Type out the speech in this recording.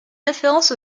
référence